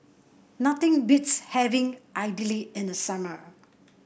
nothing beats having Idili in the summer